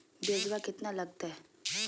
ब्यजवा केतना लगते?